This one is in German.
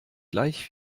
gleich